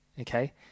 okay